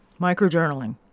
microjournaling